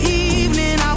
evening